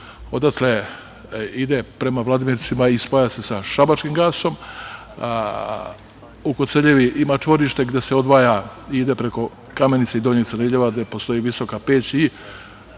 odatle ide prema Vladimircima i spaja se sa šabačkim gasom. U Koceljevi ima čvorište gde se odvaja i ide preko Kamenice i Donjeg Crniljevo, gde postoji visoka peć,